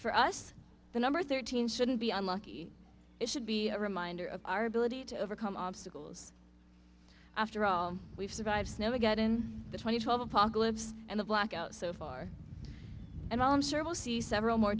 for us the number thirteen shouldn't be unlucky it should be a reminder of our ability to overcome obstacles after all we've survived snowmageddon the twenty twelve apocalypse and the blackout so far and i'm sure we'll see several more